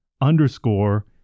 underscore